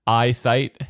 eyesight